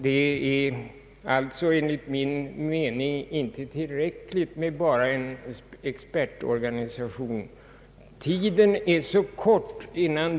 Det är alltså enligt min mening inte tillräckligt med bara en expertorganisation.